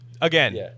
again